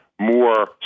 More